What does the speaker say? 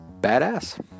badass